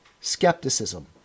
skepticism